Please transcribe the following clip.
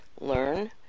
learn